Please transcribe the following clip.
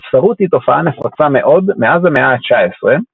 ספסרות היא תופעה נפוצה מאוד מאז המאה התשע עשרה,